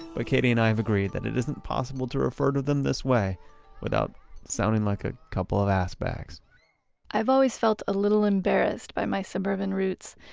but katie and i have agreed that it is impossible to refer to them this way without sounding like a couple of ass bags i've always felt a little embarrassed by my suburban roots.